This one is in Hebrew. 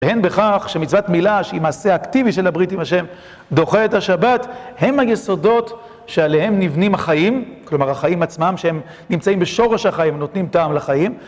והן בכך שמצוות מילה שהיא מעשה אקטיבי של הבריטים השם דוחה את השבת הן היסודות שעליהם נבנים החיים כלומר החיים עצמם שהם נמצאים בשורש החיים, נותנים טעם לחיים